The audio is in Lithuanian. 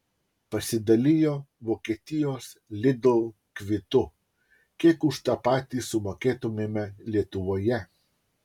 pasidalijo vokietijos lidl kvitu kiek už tą patį sumokėtumėme lietuvoje